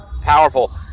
powerful